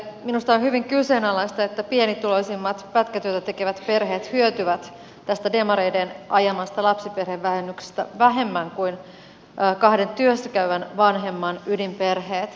minusta on hyvin kyseenalaista että pienituloisimmat pätkätyötä tekevät perheet hyötyvät tästä demareiden ajamasta lapsiperhevähennyksestä vähemmän kuin kahden työssä käyvän vanhemman ydinperheet